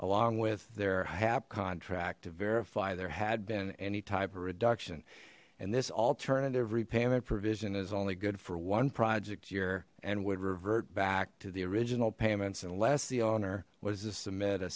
along with their happy on track to verify there had been any type of reduction and this alternative repayment provision is only good for one project year and would revert back to the original payments unless the owner was the submit